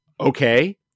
okay